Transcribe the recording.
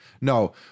No